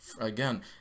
again